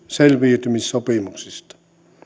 selviytymissopimuksista